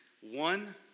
one